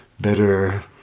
better